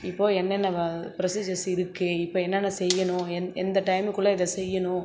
இப்போது என்னனென்ன ப்ரொஸிஜர்ஸ் இருக்குது இப்போ என்னென்ன செய்யணும் எந் எந்த டைம்குள்ளே இதை செய்யணும்